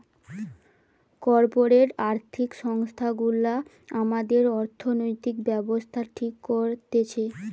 corporate আর্থিক সংস্থা গুলা আমাদের অর্থনৈতিক ব্যাবস্থা ঠিক করতেছে